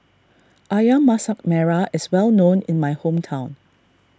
Ayam Masak Merah is well known in my hometown